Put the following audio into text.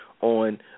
on